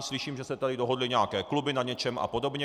Slyším, že se tady dohodly nějaké kluby na něčem apod.